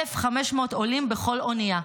1,500 עולים בכל אונייה,